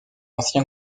ancien